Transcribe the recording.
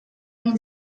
egin